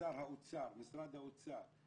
משרד האוצר,